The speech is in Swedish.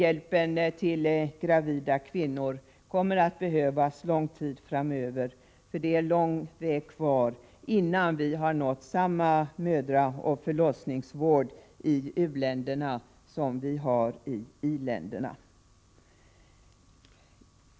Hjälpen till gravida kvinnor kommer att behövas lång tid framöver — det är långt kvar innan man nått samma mödraoch förlossningsvård i u-länderna som vi har i i-länderna.